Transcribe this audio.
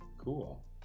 Cool